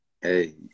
Hey